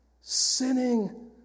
sinning